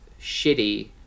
shitty